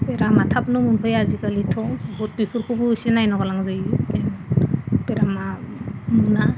बेरामा थाबनो मोनफैयो आजिखालिथ' बेफोरखौबो एसे नायनो लागा जायो जेन बेरामा मोना